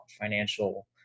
financial